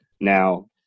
Now